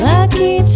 Lucky